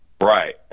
Right